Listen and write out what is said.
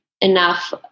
enough